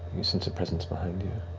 you sense a presence behind you.